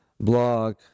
blog